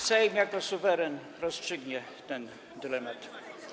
Sejm jako suweren rozstrzygnie ten dylemat.